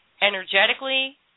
energetically